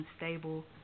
unstable